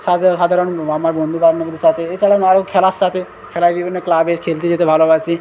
সাধারণ আমার বন্ধুবান্ধবদের সাথে এছাড়াও নানা রকম খেলার সাথে খেলায় বিভিন্ন ক্লাবে খেলতে যেতে ভালোবাসি